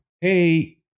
hey